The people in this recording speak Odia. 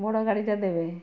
ମୋଡ଼ ଗାଡ଼ିଟା ଦେବେ